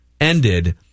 ended